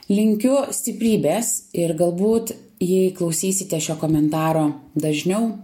linkiu stiprybės ir galbūt jei klausysitės šio komentaro dažniau